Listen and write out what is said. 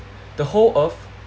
the whole earth